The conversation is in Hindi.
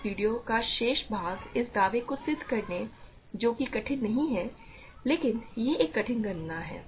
इस वीडियो का शेष भाग इस दावे को सिद्ध करेगा जो कि कठिन नहीं है लेकिन यह एक कठिन गणना है